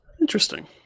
interesting